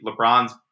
LeBron's